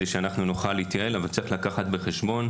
ואנחנו שותפים יחד אתכם כדי לעשות את השינוי.